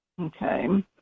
Okay